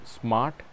smart